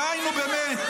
די, נו, באמת.